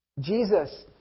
Jesus